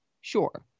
Sure